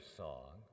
song